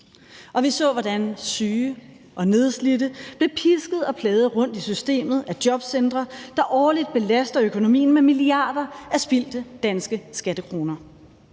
Og vi så, hvordan syge og nedslidte blev pisket og plaget rundt i systemet af jobcentre, der årligt belaster økonomien med milliarder af spildte danske skattekroner.